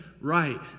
right